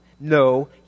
No